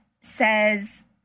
says